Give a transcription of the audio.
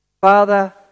Father